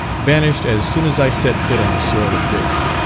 vanished as soon as i set foot on the soil of britain.